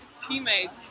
teammates